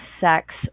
sex